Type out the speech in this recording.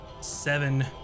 seven